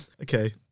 Okay